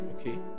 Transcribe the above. okay